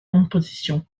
imposition